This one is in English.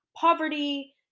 poverty